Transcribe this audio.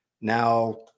Now